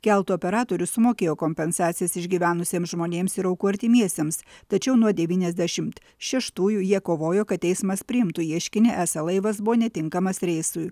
keltų operatorius sumokėjo kompensacijas išgyvenusiems žmonėms ir aukų artimiesiems tačiau nuo devyniasdešimt šeštųjų jie kovojo kad teismas priimtų ieškinį esą laivas buvo netinkamas reisui